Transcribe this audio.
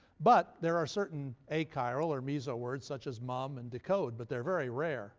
but there are certain achiral, or meso-words, such as mum and decode. but they're very rare